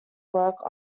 work